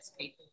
people